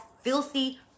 filthy